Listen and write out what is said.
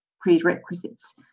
prerequisites